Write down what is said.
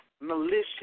malicious